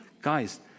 Guys